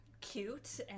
cute